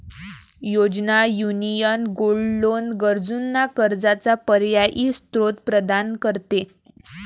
योजना, union gold loan गरजूंना कर्जाचा पर्यायी स्त्रोत प्रदान करते